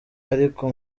ariko